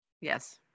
Yes